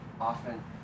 often